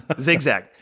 zigzag